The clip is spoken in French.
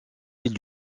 ville